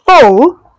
full